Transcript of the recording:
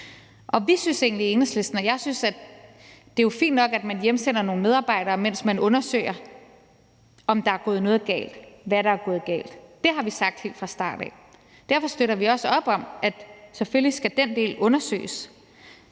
sig om. Vi i Enhedslisten og jeg synes, at det jo er fint nok, at man hjemsender nogle medarbejdere, mens man undersøger, om der er gået noget galt, og hvad der er gået galt. Det har vi sagt helt fra start af. Derfor støtter vi også op om, at den del selvfølgelig skal undersøges.